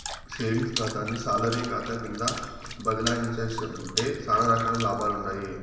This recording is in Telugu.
సేవింగ్స్ కాతాని సాలరీ కాతా కింద బదలాయించేశావంటే సానా రకాల లాభాలుండాయి